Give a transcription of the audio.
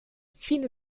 viele